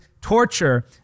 torture